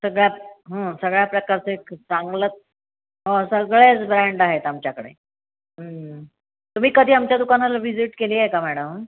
सगळ्या सगळ्या प्रकारचे एक चांगलं सगळ्याच ब्रँड आहेत आमच्याकडे तुम्ही कधी आमच्या दुकानाला व्हिजिट केली आहे का मॅडम